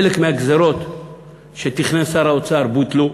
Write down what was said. חלק מהגזירות שתכנן שר האוצר בוטלו,